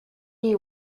you